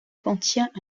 contient